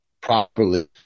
properly